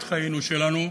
את חיינו שלנו,